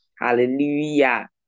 hallelujah